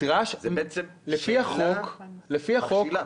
זו בעצם שאלה מכשילה.